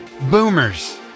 boomers